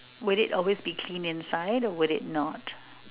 would it always be clean inside or would it not